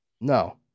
No